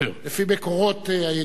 מקורות הידועים לזהבה גלאון.